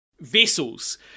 vessels